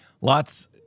Lots